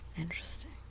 Interesting